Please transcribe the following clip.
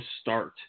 start